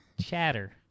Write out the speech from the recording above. Chatter